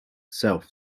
self